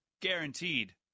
Guaranteed